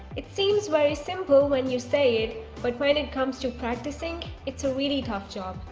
it seems very simple when you say it but when it comes to practicing it's a really tough job.